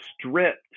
stripped